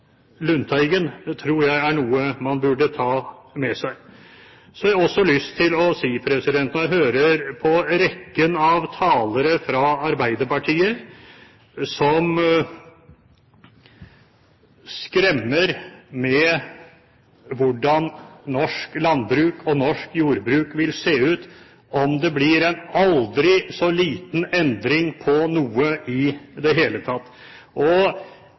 Lundteigen, tror jeg er noe man burde ta med seg. Så har jeg også lyst til å si, når jeg hører på rekken av talere fra Arbeiderpartiet som skremmer med hvordan norsk landbruk og norsk jordbruk vil se ut om det blir en aldri så liten endring på noe i det hele tatt